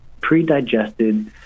pre-digested